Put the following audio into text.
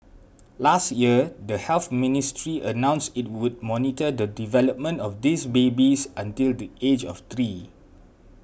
last year the Health Ministry announced it would monitor the development of these babies until the age of three